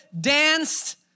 danced